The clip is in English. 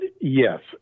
yes